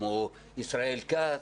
כמו למשל ישראל כץ,